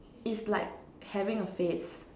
is like having a face